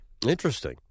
Interesting